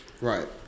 Right